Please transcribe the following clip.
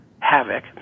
havoc